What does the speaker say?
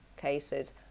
cases